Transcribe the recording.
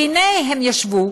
והינה הם ישבו,